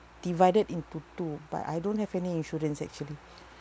divided into two but I don't have any insurance actually